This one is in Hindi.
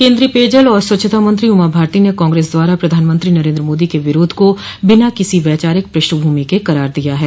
केन्द्रीय पेयजल और स्वच्छता मंत्री उमा भारती ने कांग्रेस द्वारा प्रधानमंत्री नरेन्द्र मोदी के विरोध को बिना किसी वैचारिक पृष्टभूमि के करार दिया है